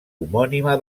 homònima